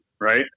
right